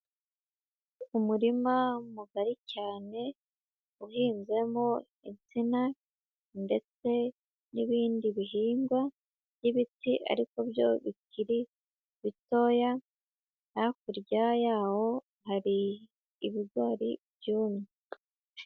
Umurima mugari cyane uhinzemo insina ndetse n'ibindi bihingwa by'ibiti ariko byo bikiri bitoya, hakurya yaho hari ibigori byumye.